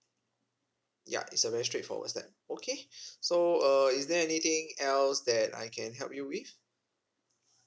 ya it's a very straightforward step okay so uh is there anything else that I can help you with